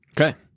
Okay